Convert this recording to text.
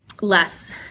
less